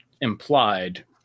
implied